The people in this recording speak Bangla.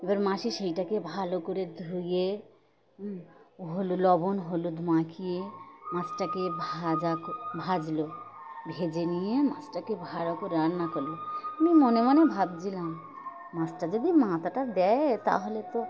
এ বার মাসি সেটাকে ভালো করে ধুয়ে হলুদ লবণ হলুদ মাখিয়ে মাছটাকে ভাজা ভাজল ভেজে নিয়ে মাছটাকে ভালো করে রান্না করল আমি মনে মনে ভাবছিলাম মাছটা যদি মাথাটা দেয় তা হলে তো